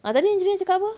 ah tadi angelia nak cakap apa